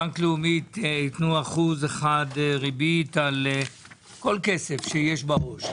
בנק לאומי יתנו 1% ריבית על כל כסף שיש בעו"ש.